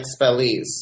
expellees